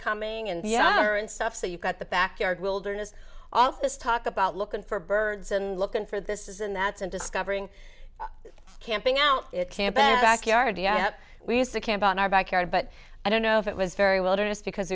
coming and younger and stuff so you've got the backyard wilderness all of this talk about looking for birds and looking for this is and that's and discovering camping out it can backyard we used to camp out in our backyard but i don't know if it was very well just because